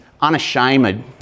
unashamed